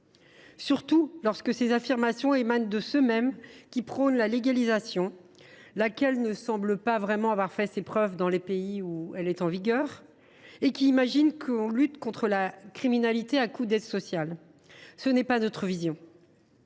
surtout lorsque ce sont précisément ceux qui prônent la légalisation – celle ci ne semble pas vraiment avoir fait ses preuves dans les pays où elle est en vigueur – et qui imaginent que l’on lutte contre la criminalité à coups d’aides sociales. Ce n’est pas notre vision.